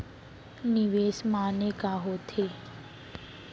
निवेश माने का होथे?